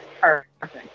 perfect